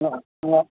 ஆ